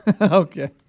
Okay